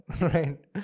right